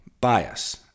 bias